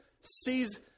sees